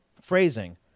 phrasing